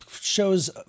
shows